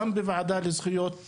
גם בוועדה לזכויות הילד,